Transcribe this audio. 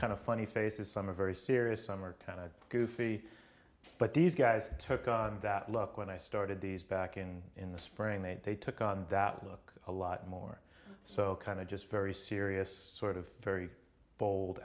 of funny faces some a very serious summertime goofy but these guys took on that look when i started these back in in the spring that they took on that look a lot more so kind of just very serious sort of very bold